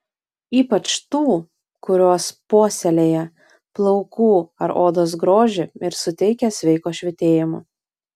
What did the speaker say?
ypač tų kurios puoselėja plaukų ar odos grožį ir suteikia sveiko švytėjimo